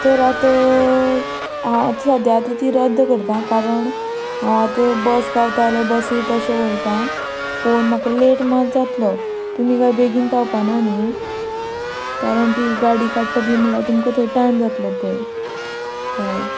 तर आतां आतां सद्यां आतां ती रद्द करतां कारण आतां बस गावता जाल्यार बसीर तशें वयता पूण म्हाका लेट मात जातलो तुमी कांय बेगीन पावपाना न्ही कारण ती गाडी काडटा बी म्हळ्यार तुमकां थंय टायम जातलो पय हय